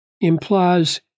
implies